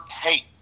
hate